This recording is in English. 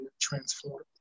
transform